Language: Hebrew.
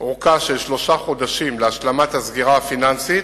ארכה של שלושה חודשים להשלמת הסגירה הפיננסית